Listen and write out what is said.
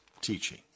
teaching